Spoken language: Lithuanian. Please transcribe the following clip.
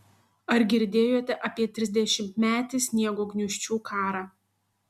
ar girdėjote apie trisdešimtmetį sniego gniūžčių karą